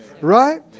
Right